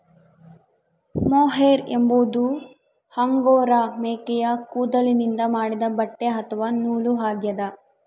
mohair ಎಂಬುದು angora ಮೇಕೆಯ ಕೂದಲಿನಿಂದ ಮಾಡಿದ ಬಟ್ಟೆ ಅಥವಾ ನೂಲು ಆಗ್ಯದ